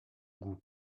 goût